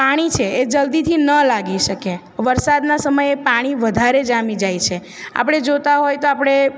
પાણી છે એ જલદીથી ન લાગી શકે વરસાદના સમયે પાણી વધારે જામી જાય છે આપણે જોતા હોય તો આપણે